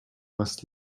must